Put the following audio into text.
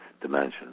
dimension